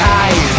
eyes